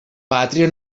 pàtria